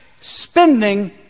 spending